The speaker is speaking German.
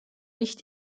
nicht